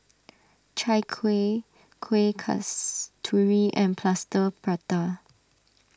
Chai Kuih Kueh Kasturi and Plaster Prata